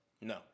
No